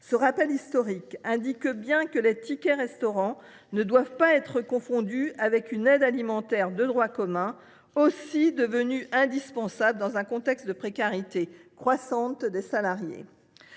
j’ai procédé indique bien que les tickets restaurant ne doivent pas être confondus avec une aide alimentaire de droit commun, devenue également indispensable dans un contexte de précarité croissante des salariés.